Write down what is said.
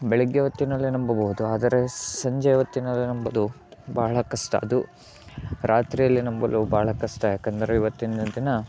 ಬೆಳಿಗ್ಗೆ ಹೊತ್ತಿನಲ್ಲಿ ನಂಬಬಹುದು ಆದರೆ ಸಂಜೆ ಹೊತ್ತಿನಲ್ಲಿ ನಂಬೋದು ಬಹಳ ಕಷ್ಟ ಅದು ರಾತ್ರಿಯಲ್ಲಿ ನಂಬಲು ಬಹಳ ಕಷ್ಟ ಯಾಕಂದರೆ ಇವತ್ತಿನ ದಿನ